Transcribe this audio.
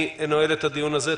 אני נועל את הדיון הזה.